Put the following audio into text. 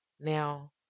now